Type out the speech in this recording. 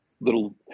little